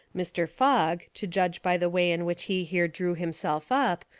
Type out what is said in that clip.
mr. fogg, to judge by the way in which he here drew himself up,